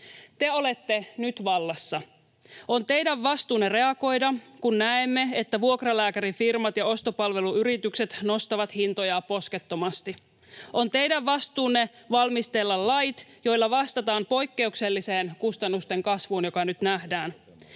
Te olette nyt vallassa. On teidän vastuunne reagoida, kun näemme, että vuokralääkärifirmat ja ostopalveluyritykset nostavat hintojaan poskettomasti. On teidän vastuunne valmistella lait, joilla vastataan poikkeukselliseen kustannusten kasvuun, joka nyt nähdään.